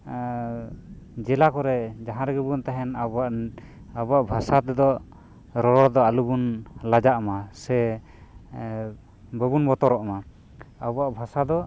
ᱡᱮᱞᱟ ᱠᱚᱨᱮ ᱡᱟᱦᱟᱸ ᱨᱮᱜᱮᱵᱚᱱ ᱛᱟᱦᱮᱱ ᱟᱵᱚᱣᱟᱜ ᱟᱵᱚᱣᱟᱜ ᱵᱷᱟᱥᱟ ᱛᱮᱫᱚ ᱨᱚᱨᱚᱲ ᱫᱚ ᱟᱞᱚ ᱵᱚᱱ ᱞᱟᱡᱟᱜ ᱢᱟ ᱥᱮ ᱵᱟᱵᱚᱱ ᱵᱚᱛᱚᱨᱚᱜ ᱢᱟ ᱟᱵᱚᱣᱟᱜ ᱵᱷᱟᱥᱟ ᱫᱚ